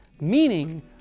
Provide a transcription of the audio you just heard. meaning